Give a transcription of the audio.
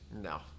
No